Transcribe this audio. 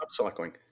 upcycling